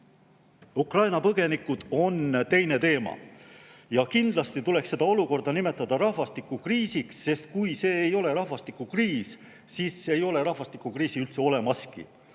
Ukraina põgenikud on teine teema. Kindlasti tuleks seda olukorda nimetada rahvastikukriisiks, sest kui see ei ole rahvastikukriis, siis ei ole rahvastikukriisi üldse olemaski.